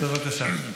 בבקשה.